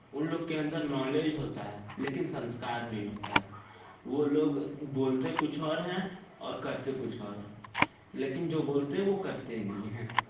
उन लोग के अंदर नॉलेज होता है लेकिन संस्कार नहीं होता है वो लोग बोलते कुछ और हैं और करते कुछ और हैं लेकिन जो बोलते है वो करते नहीं हैं